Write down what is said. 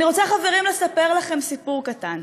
ואני רוצה, חברים, לספר לכם סיפור קטן.